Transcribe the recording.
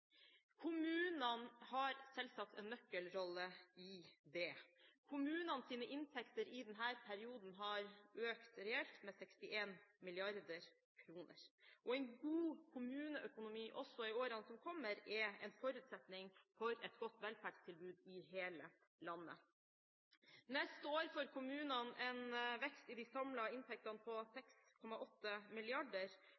Kommunene har selvsagt en nøkkelrolle i det. Kommunenes inntekter i denne perioden har økt reelt med 61 mrd. kr. En god kommuneøkonomi også i årene som kommer er en forutsetning for et godt velferdstilbud i hele landet. Neste år får kommunene en vekst i de samlede inntekter på